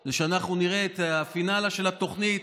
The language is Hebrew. הוא כשאנחנו נראה את הפינאלה של התוכנית,